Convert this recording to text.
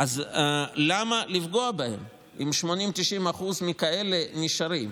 אז למה לפגוע בהם, אם 80% 90% מכאלה נשארים?